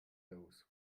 dose